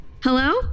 hello